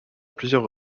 plusieurs